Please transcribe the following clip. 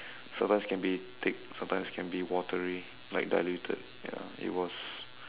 sometimes can be thick sometimes can be watery like diluted ya it was